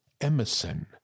Emerson